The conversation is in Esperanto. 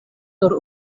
nur